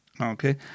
okay